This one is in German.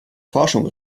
forschung